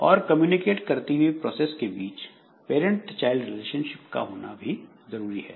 और कम्युनिकेट करती हुई प्रोसेस के बीच पैरंट चाइल्ड रिलेशनशिप होना भी जरूरी है